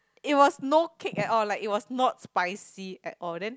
it was no kick at all like it was not spicy at all then